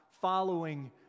following